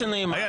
זאב?